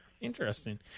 Interesting